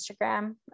instagram